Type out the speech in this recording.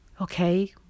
okay